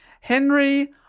Henry